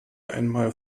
einmal